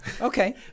Okay